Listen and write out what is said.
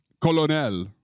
colonel